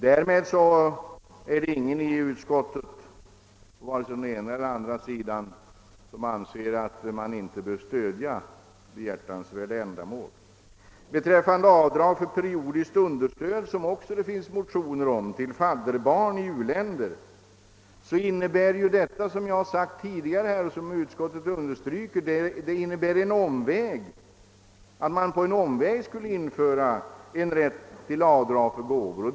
Däremot är det ingen i utskottet, vare sig på den ena eller på den andra sidan, som anser att man inte bör stödja behjärtansvärda ändamål. Förslaget om avdrag för periodiskt understöd till fadderbarn i u-länder, som det också finns motioner om, innebär, såsom jag har sagt här tidigare och som utskottet understrukit, att man på en omväg skulle införa en rätt till avdrag för gåvor.